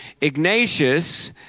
Ignatius